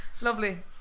Lovely